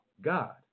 god